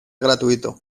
gratuito